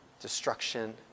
destruction